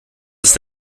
ist